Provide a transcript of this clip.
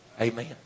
Amen